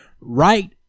right